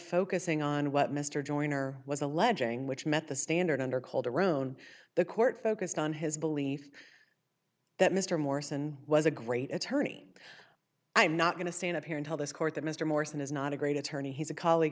focusing on what mr joyner was alleging which met the standard under called around the court focused on his belief that mr morrison was a great attorney i'm not going to stand up here and tell this court that mr morrison is not a great attorney he's a colleague